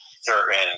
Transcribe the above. certain